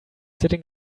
sitting